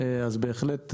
אז בהחלט,